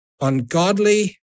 ungodly